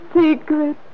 secret